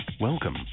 Welcome